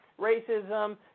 racism